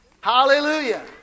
Hallelujah